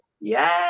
yes